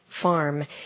farm